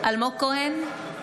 כהן,